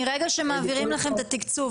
מרגע שמעבירים לכם את התקצוב,